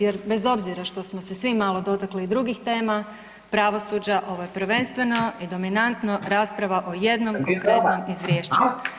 Jer bez obzira što smo se svi malo dotakli i drugih tema pravosuđa ovo je prvenstveno i dominantno rasprava o jednom konkretnom izvješću.